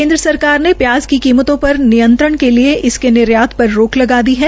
केन्द्र सरकार ने प्याज की कीमतों पर नियंत्रण के लिए निर्यात पर रोक लगा दी है